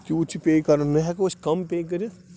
تیوٗت چھُ پے کَرُن نَہ ہیٚکو أسۍ کم پے کٔرِتھ